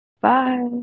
Bye